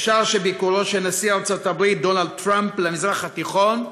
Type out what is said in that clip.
אפשר שביקורו של נשיא ארצות הברית דונלד טראמפ במזרח התיכון,